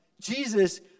Jesus